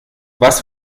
was